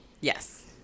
Yes